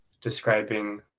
describing